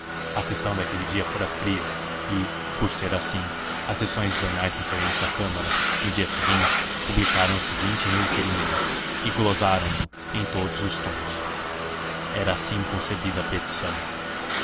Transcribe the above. a sessão daquele dia fora fria e por ser assim as seções dos jornais referentes à câmara no dia seguinte publicaram o seguinte requerimento e glosaram no em todos os tons era assim concebida a petição